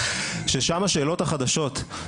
ששם השאלות החדשות,